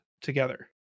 together